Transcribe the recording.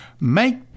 Make